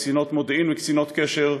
קצינות מודיעין וקצינות קשר,